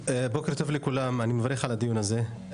בוקר טוב לכולם, אני מברך על הדיון הזה.